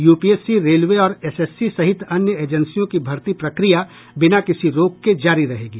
UPSC railway और SSC सहित अन्य एजेंसियों की भर्ती प्रक्रिया बिना किसी रोक के जारी रहेंगी